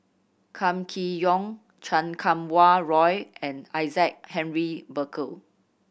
Kam Kee Yong Chan Kum Wah Roy and Isaac Henry Burkill